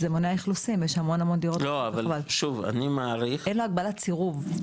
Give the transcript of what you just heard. זה מונע איכלוסים, אין לו הגבלת סירוב.